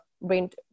rent